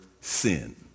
sin